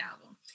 album